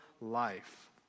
life